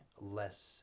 less